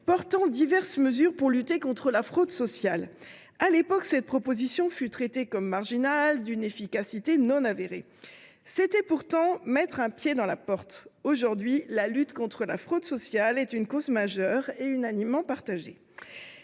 appliquer diverses mesures urgentes pour lutter contre les fraudes sociales. À l’époque, cette proposition fut traitée comme marginale et considérée comme d’une efficacité non avérée. C’était pourtant mettre un pied dans la porte. Aujourd’hui, la lutte contre la fraude sociale est une cause majeure et unanimement partagée.